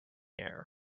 air